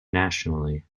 nationally